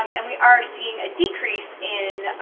um and we are seeing a decrease in